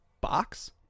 box